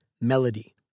Melody